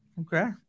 Okay